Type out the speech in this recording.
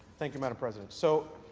thank you, madam president. so,